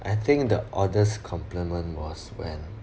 I think the oddest compliment was when